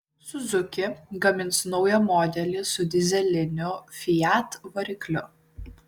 suzuki gamins naują modelį su dyzeliniu fiat varikliu